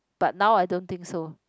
but now I don't think so